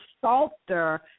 Salter